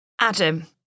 Adam